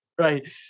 right